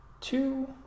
two